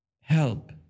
Help